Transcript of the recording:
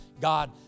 God